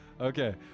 okay